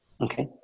okay